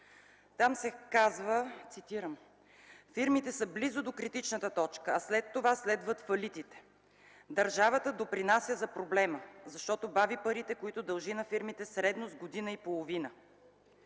Там се казва – цитирам: „Фирмите са близо до критичната точка, а след това следват фалитите. Държавата допринася за проблема, защото бави парите, които дължи на фирмите средно с година и половина.